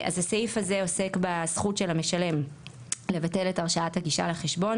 אז הסעיף הזה עוסק בזכות של המשלם לבטל את הרשאת הגישה לחשבון,